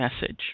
message